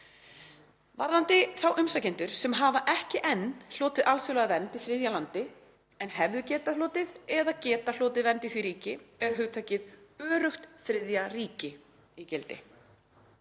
„Varðandi þá umsækjendur sem hafa ekki enn hlotið alþjóðlega vernd í þriðja landi en hefðu getað hlotið eða geta hlotið vernd í því ríki er hugtakið „öruggt þriðja ríki“ í gildi.